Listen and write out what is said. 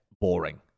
boring